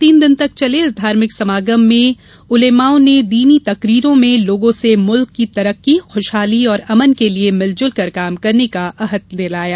तीन दिन तक चले इस धार्मिक समागम में उलेमाओं ने दीनों तकरीरों में लोगों से मुल्क की तरक्की खुशहाली और अमन के लिए मिलजुलकर काम करने का अहद दिलाया